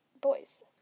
boys